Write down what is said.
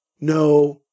no